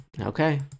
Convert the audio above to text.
Okay